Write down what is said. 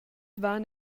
van